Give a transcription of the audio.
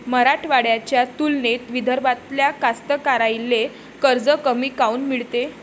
मराठवाड्याच्या तुलनेत विदर्भातल्या कास्तकाराइले कर्ज कमी काऊन मिळते?